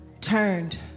turned